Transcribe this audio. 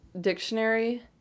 Dictionary